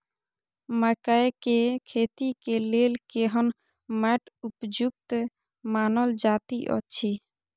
मकैय के खेती के लेल केहन मैट उपयुक्त मानल जाति अछि?